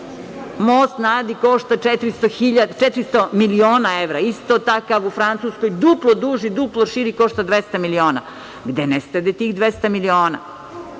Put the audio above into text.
Most na Adi košta 400 miliona evra. Isto takav u Francuskoj, duplo duži, dupli širi, košta 200 miliona. Gde nestade tih 200 miliona?